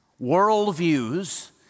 worldviews